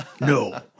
No